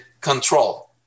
control